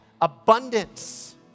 abundance